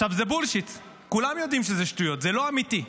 זה בולשיט, כולם יודעים שזה שטויות, זה לא אמיתי.